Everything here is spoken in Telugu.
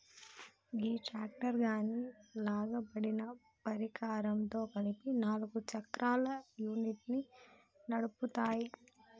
గీ ట్రాక్టర్ దాని లాగబడిన పరికరంతో కలిపి నాలుగు చక్రాల యూనిట్ను నడుపుతాము